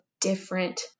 different